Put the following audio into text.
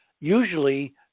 usually